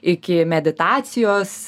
iki meditacijos